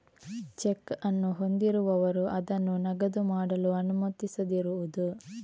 check ಅನ್ನು ಹೊಂದಿರುವವರು ಅದನ್ನು ನಗದು ಮಾಡಲು ಅನುಮತಿಸದಿರುವುದು